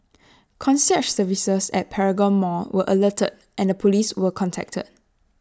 concierge services at Paragon Mall were alerted and the Police were contacted